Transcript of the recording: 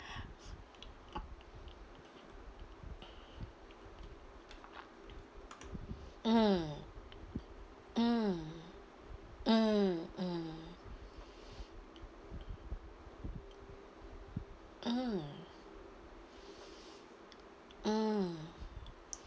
mm mm mm mm mm mm